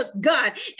God